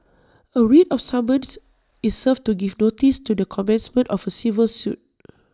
A writ of summons is served to give notice to the commencement of A civil suit